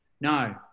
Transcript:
No